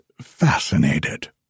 fascinated